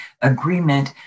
agreement